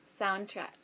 soundtrack